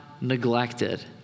neglected